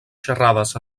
xerrades